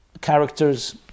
characters